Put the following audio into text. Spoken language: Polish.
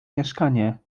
mieszkanie